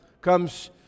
comes